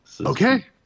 Okay